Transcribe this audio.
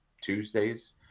tuesdays